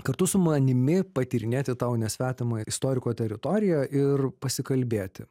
kartu su manimi patyrinėti tau nesvetimą istoriko teritoriją ir pasikalbėti